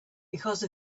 because